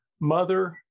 mother